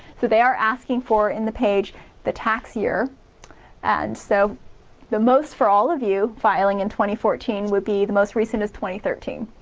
so they are asking for in the page the tax year and so the most for all of you filing in twenty fourteen will be the most recent twenty thirteen.